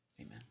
Amen